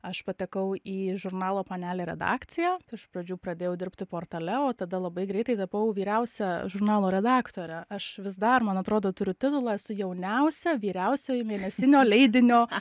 aš patekau į žurnalo panelė redakciją iš pradžių pradėjau dirbti portale o tada labai greitai tapau vyriausia žurnalo redaktore aš vis dar man atrodo turiu titulą esu jauniausia vyriausioji mėnesinio leidinio